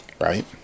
right